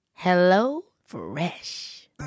HelloFresh